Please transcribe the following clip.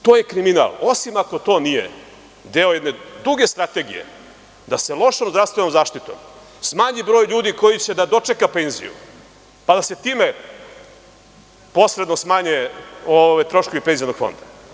To je kriminal, osim ako to nije deo jedne duge strategije da se lošom zdravstvenom zaštitom smanji broj ljudi koji će da dočeka penziju, pa da se time posredno smanje troškovi Penzionog fonda.